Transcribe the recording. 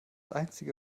einzige